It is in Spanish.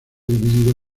dividido